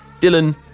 Dylan